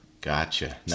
Gotcha